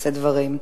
לשאת דברים.